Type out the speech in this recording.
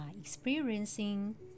experiencing